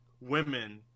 women